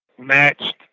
matched